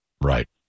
right